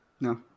no